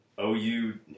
OU